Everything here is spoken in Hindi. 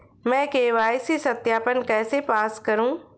मैं के.वाई.सी सत्यापन कैसे पास करूँ?